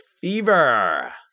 Fever